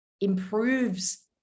improves